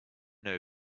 know